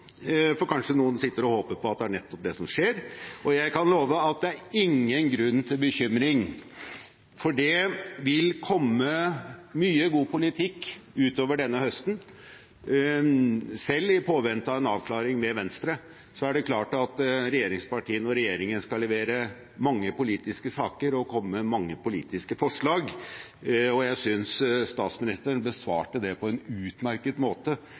for kanskje sitter noen og håper på at det er nettopp det som skjer. Jeg kan love at det er ingen grunn til bekymring, for det vil komme mye god politikk utover denne høsten. Selv i påvente av en avklaring med Venstre er det klart at regjeringspartiene og regjeringen skal levere mange politiske saker og komme med mange politiske forslag. Jeg synes statsministeren besvarte det på en utmerket måte